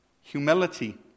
humility